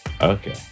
Okay